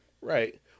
right